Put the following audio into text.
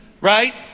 Right